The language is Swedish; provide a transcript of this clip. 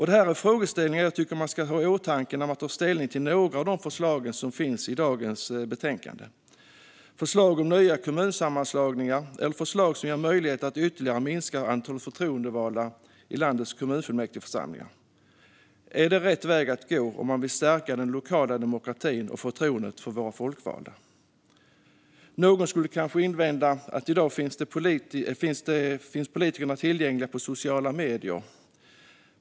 Det här är en frågeställning som jag tycker att man ska ha i åtanke när man tar ställning till några av de förslag som finns i dagens betänkande, till exempel om nya kommunsammanslagningar eller förslag som ger möjlighet att ytterligare minska antalet förtroendevalda i landets kommunfullmäktigeförsamlingar. Är det rätt väg att gå om man vill stärka den lokala demokratin och förtroendet för våra folkvalda? Någon skulle kanske invända att politikerna i dag finns tillgängliga på sociala medier.